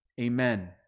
Amen